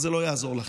אבל זה לא יעזור לכם,